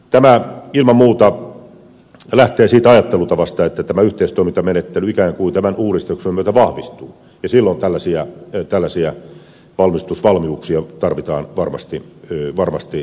tämä ilman muuta lähtee siitä ajattelutavasta että tämä yhteistoimintamenettely ikään kuin tämän uudistuksen myötä vahvistuu ja silloin tällaisia valmisteluvalmiuksia tarvitaan varmasti jatkossa vielä enemmän